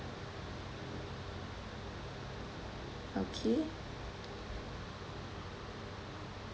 okay